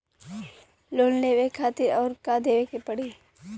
Loan लेवे खातिर अउर का देवे के पड़ी?